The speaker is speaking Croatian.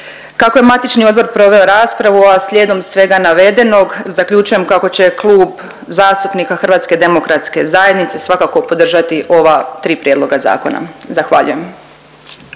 Kako je matični odbor proveo raspravu, a slijedom svega navedenog, zaključujem kako će Klub zastupnika HDZ-a svakako podržati ova tri prijedloga zakona. Zahvaljujem.